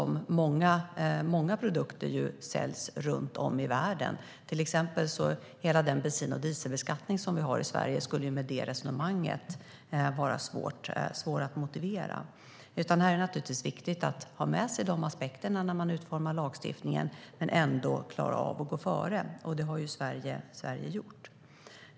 Många produkter säljs runt om i världen. Till exempel skulle hela den bensin och dieselbeskattning som vi har i Sverige vara svår att motivera med det resonemanget. Det är viktigt att ha med de aspekterna när man utformar lagstiftningen men ändå klara av att gå före. Det har Sverige gjort.